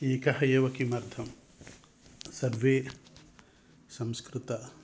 एकः एव किमर्थं सर्वे संस्कृत